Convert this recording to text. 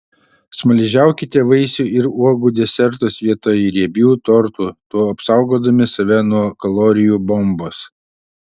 smaližiaukite vaisių ir uogų desertus vietoj riebių tortų tuo apsaugodami save nuo kalorijų bombos